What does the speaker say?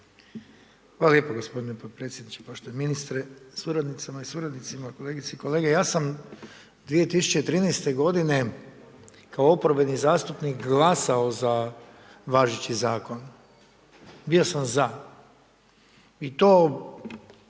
Hvala lijepa gospodine potpredsjedniče. Poštovani ministre sa suradnicama i suradnicima, kolegice i kolege. Ja sam 2013. g. kao oporbeni zastupnik glasao za važeći zakon. Bio sam za. I to